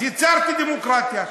אז יצרתי דמוקרטיה.